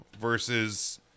versus